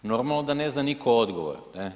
Normalno da ne zna nitko odgovor.